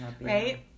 right